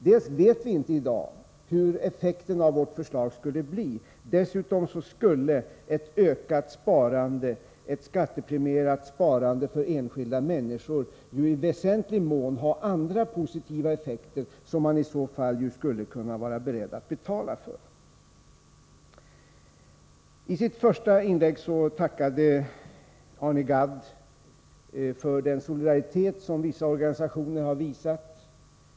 Dels vet vi inte i dag hur effekten av vårt förslag skulle bli, dels skulle ett ökat skattepremierat sparande för enskilda människor ju i väsentlig mån ha andra positiva effekter, som man i så fall skulle kunna vara beredd att betala för. I sitt första inlägg tackade Arne Gadd för den solidaritet som vissa organisationer har visat.